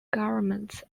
governments